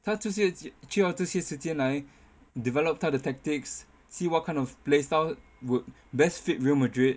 他这些就要这些时间来 develop 他的 tactics see what kind of play style would best fit Real Madrid